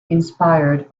inspired